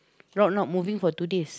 route not moving for two days